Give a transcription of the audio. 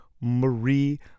Marie